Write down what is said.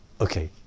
Okay